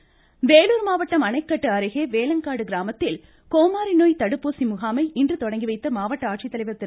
வேலூர் கோமாரி நோய் வேலூர் மாவட்டம் அணைக்கட்டு அருகே வேளங்காடு கிராமத்தில் கோமாரி நோய் தடுப்பூசி முகாமை இன்று தொடங்கி வைத்த மாவட்ட ஆட்சித்தலைவர் திரு